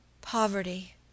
Poverty